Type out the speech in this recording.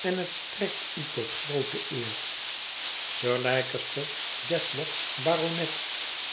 en het strekt u tot groote eer sir leicester dedlock baronet